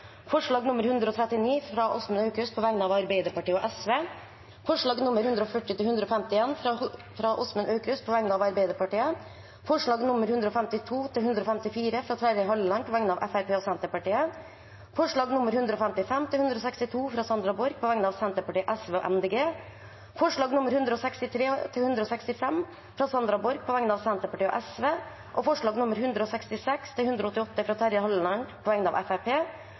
forslag nr. 139, fra Åsmund Aukrust på vegne av Arbeiderpartiet og Sosialistisk Venstreparti forslagene nr. 140–151, fra Åsmund Aukrust på vegne av Arbeiderpartiet forslagene nr. 152–154, fra Terje Halleland på vegne av Fremskrittspartiet og Senterpartiet forslagene nr. 155–162, fra Sandra Borch på vegne av Senterpartiet, Sosialistisk Venstreparti og Miljøpartiet De Grønne forslagene nr. 163–165, fra Sandra Borch på vegne av Senterpartiet og Sosialistisk Venstreparti forslagene nr. 166–188, fra Terje Halleland på vegne av